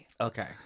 Okay